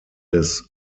des